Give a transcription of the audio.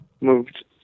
moved